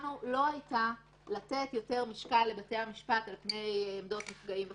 הייתה לתת יותר משקל לבתי המשפט על פני עמדות נפגעים וכו',